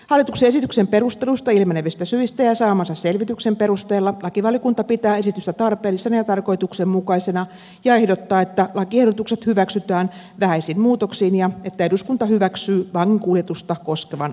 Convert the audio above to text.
hallituksen esityksen perusteluista ilmenevistä syistä ja saamansa selvityksen perusteella lakivaliokunta pitää esitystä tarpeellisena ja tarkoituksenmukaisena ja ehdottaa että lakiehdotukset hyväksytään vähäisin muutoksin ja että eduskunta hyväksyy vanginkuljetusta koskevan lausuman